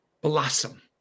blossom